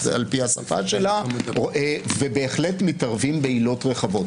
על פי השפה שלה ובהחלט מתערבים בעילות רחבות.